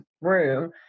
room